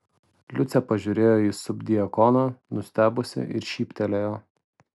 liucė pažiūrėjo į subdiakoną nustebusi ir šyptelėjo